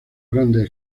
grandes